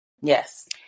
yes